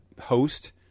host